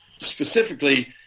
specifically